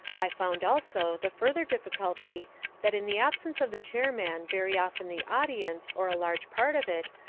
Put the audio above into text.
i found also the further difficulty that in the absence of the chairman very often the audience, or a large part of it,